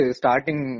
starting